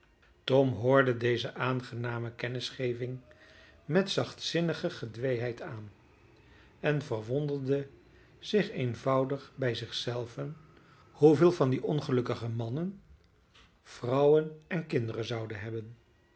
tom hoorde deze aangename kennisgeving met zachtzinnige gedweeheid aan en verwonderde zich eenvoudig bij zich zelven hoeveel van die ongelukkige mannen vrouwen en kinderen zouden hebben